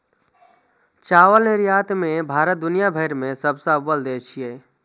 चावल निर्यात मे भारत दुनिया भरि मे सबसं अव्वल देश छियै